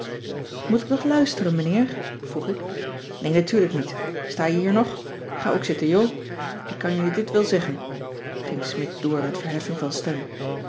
moet ik nog luisteren meneer vroeg ik nee natuurlijk niet sta jij hier nog ga ook zitten jo ik kan jullie dit wil zeggen ging smidt door met verheffing van stem